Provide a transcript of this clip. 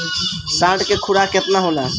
साँढ़ के खुराक केतना होला?